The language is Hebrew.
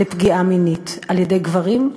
לפגיעה מינית על-ידי גברים,